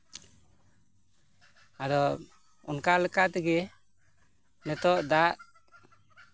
ᱟᱫᱚ ᱚᱱᱠᱟᱞᱮᱠᱟ ᱛᱮᱜᱮ ᱱᱤᱛᱳᱜ ᱫᱟᱜ